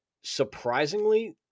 surprisingly